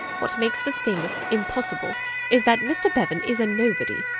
what makes the thing impossible is that mr. bevan is nobody.